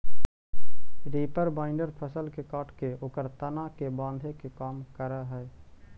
reaper binder फसल के काटके ओकर तना के बाँधे के काम करऽ हई